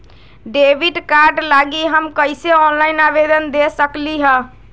Debit card लागी हम कईसे ऑनलाइन आवेदन दे सकलि ह?